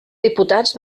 diputats